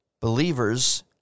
believers